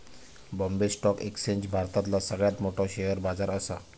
Bombay stock exchange भारतातला सगळ्यात मोठो शेअर बाजार असा